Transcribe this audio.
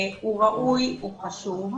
הוא ראוי, הוא חשוב,